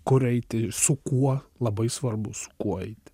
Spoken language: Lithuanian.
kur eiti su kuo labai svarbu su kuo eiti